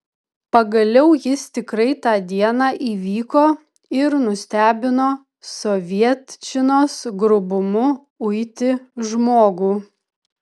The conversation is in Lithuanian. pagaliau jis tikrai tą dieną įvyko ir nustebino sovietčinos grubumu uiti žmogų